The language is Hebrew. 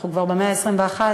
אנחנו כבר במאה ה-21,